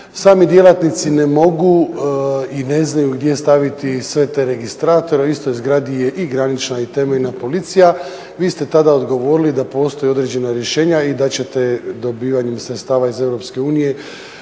Sami djelatnici ne mogu i ne znaju gdje staviti sve te registratore a u istoj zgradi je i granična i temeljna policija. Vi ste tada odgovorili da postoje određena rješenja i da ćete dobivanjem sredstava iz